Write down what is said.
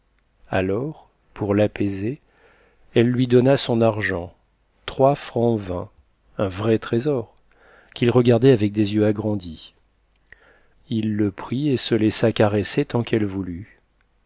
alors pour l'apaiser elle lui donna son argent trois francs vingt un vrai trésor qu'il regardait avec des yeux agrandis il le prit et se laissa caresser tant qu'elle voulut